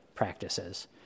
practices